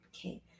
Okay